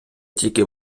тільки